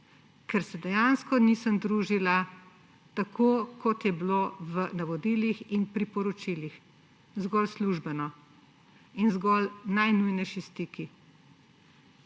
Ker se dejansko nisem družila, tako kot je bilo v navodilih in priporočilih. Zgolj službeno in zgolj najnujnejši stiki.